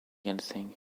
anything